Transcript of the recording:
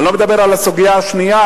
אני לא מדבר על הסוגיה השנייה,